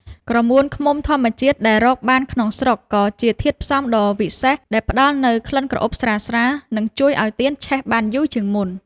ក្រមួនឃ្មុំធម្មជាតិដែលរកបានក្នុងស្រុក ក៏ជាធាតុផ្សំដ៏វិសេសដែលផ្ដល់នូវក្លិនក្រអូបស្រាលៗ និងជួយឱ្យទៀនឆេះបានយូរជាងមុន។